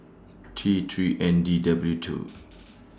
T three N D W two